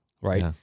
right